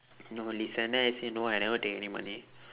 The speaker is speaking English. no listen then I say no I never take any money